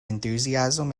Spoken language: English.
enthusiasm